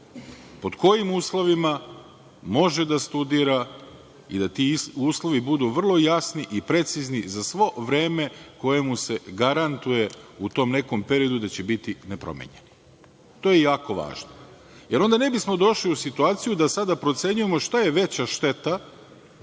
pod kojim uslovima može da studira i da ti uslovi budu vrlo jasni i precizni za svo vreme koje mu se garantuje u tom nekom periodu gde će biti nepromenjeno. To je jako važno, jer onda ne bismo došli u situaciju da sada procenjujemo šta je veća šteta